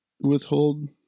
withhold